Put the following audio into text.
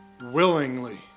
willingly